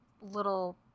little